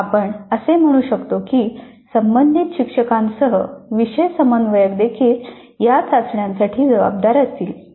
तर आपण असे म्हणू शकतो की संबंधित शिक्षकांसह विषय समन्वयक देखील या चाचण्यांसाठी जबाबदार असतील